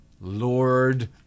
Lord